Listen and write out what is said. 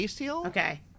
okay